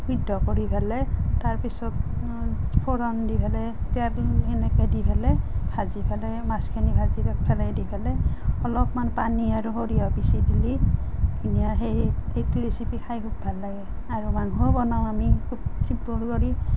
সিদ্ধ কৰি পেলাই তাৰপিছত ফোৰণ দি পেলাই তেল সেনেকৈ দি পেলাই ভাজি পেলাই মাছখিনি ভাজি পেলাই দি পেলাই অলপমান পানী আৰু সৰিয়হ পিচি দিলে ধুনীয়া সেই সেইটো ৰেচিপি খাই খুব ভাল লাগে আৰু মাংসও বনাওঁ আমি খুব চিম্পুল কৰি